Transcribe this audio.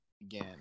again